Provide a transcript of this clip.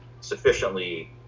sufficiently